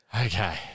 Okay